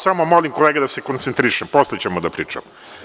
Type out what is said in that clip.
Samo molim kolege da se koncentrišu, posle ćemo da pričamo.